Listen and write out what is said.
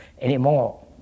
anymore